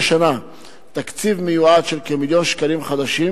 שנה תקציב מיועד של כמיליון שקלים חדשים.